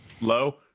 Low